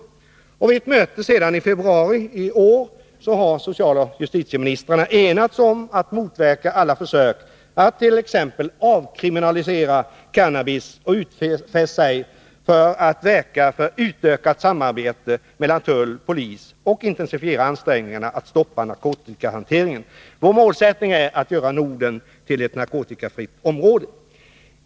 Vid ett möte i februari i år har socialoch justitieministrarna enats om att motverka alla försök att t.ex. avkriminalisera cannabis och utfäst sig att verka för utökat samarbete mellan tull och polis och intensifiera ansträngningarna att stoppa narkotikahanteringen. Vår målsättning är att göra Norden till ett narkotikafritt område.